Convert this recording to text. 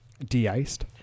de-iced